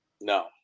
no